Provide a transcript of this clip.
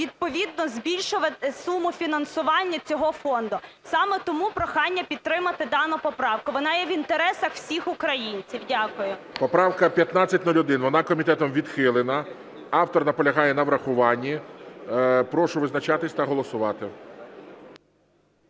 відповідно збільшувати суму фінансування цього фонду. Саме тому прохання підтримати дану поправку, вона є в інтересах всіх українців. Дякую. ГОЛОВУЮЧИЙ. Поправка 1501. Вона комітетом відхилена. Автор наполягає на врахуванні. Прошу визначатися та голосувати.